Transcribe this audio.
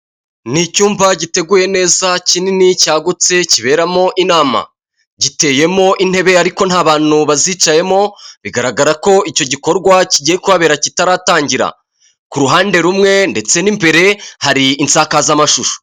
Ni icyumba giteguye neza kinini cyagutse kiberamo inama giteyemo intebe ariko nta bantu bazicayemo bigaragara ko icyo gikorwa kigiye kubahabera kitaratangira ku ruhande rumwe ndetse n'imbere hari insakazamashusho .